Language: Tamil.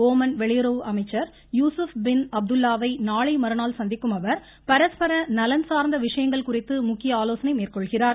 ஒமன் வெளியுறவு அமைச்சர் யூசுப் பின் அப்துல்லாவை நாளை மறுநாள் சந்திக்கும் அவர் பரஸ்பர நலன் சார்ந்த விசயங்கள் குறித்து முக்கிய ஆலோசனை மேற்கொள்கிறார்